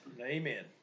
Amen